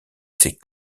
ses